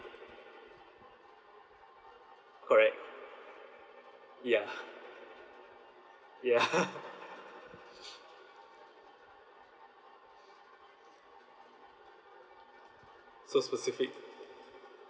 correct ya ya so specific